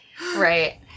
Right